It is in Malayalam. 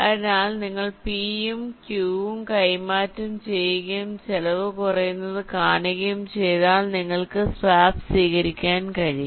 അതിനാൽ നിങ്ങൾ p ഉം q ഉം കൈമാറ്റം ചെയ്യുകയും ചെലവ് കുറയുന്നത് കാണുകയും ചെയ്താൽ നിങ്ങൾക്ക് സ്വാപ്പ് സ്വീകരിക്കാൻ കഴിയും